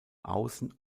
außen